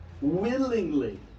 willingly